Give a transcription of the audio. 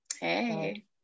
hey